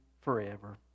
forever